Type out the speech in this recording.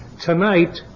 Tonight